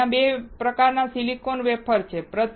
હવે ત્યાં 2 પ્રકારનાં સિલિકોન વેફર છે